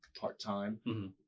part-time